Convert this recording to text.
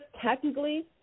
technically